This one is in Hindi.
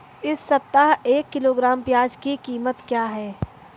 इस सप्ताह एक किलोग्राम प्याज की कीमत क्या है?